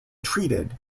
treated